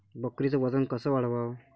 बकरीचं वजन कस वाढवाव?